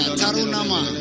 tarunama